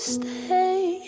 stay